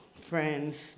friends